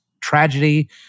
tragedy